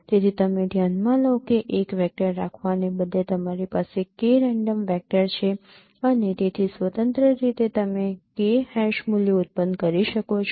તેથી તમે ધ્યાનમાં લો કે એક વેક્ટર રાખવાને બદલે તમારી પાસે k રેન્ડમ વેક્ટર છે અને તેથી સ્વતંત્ર રીતે તમે k હેશ મૂલ્યો ઉત્પન્ન કરી શકો છો